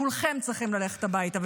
-- כולכם צריכים ללכת הביתה,